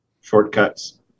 Shortcuts